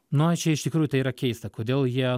nu o čia iš tikrųjų tai yra keista kodėl jie